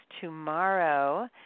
tomorrow